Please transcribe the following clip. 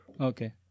Okay